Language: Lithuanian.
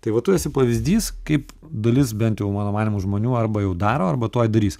tai va tu esi pavyzdys kaip dalis bent jau mano manymu žmonių arba jau daro arba tuoj darys